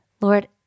Lord